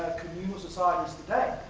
communal societies today.